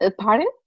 Pardon